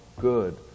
good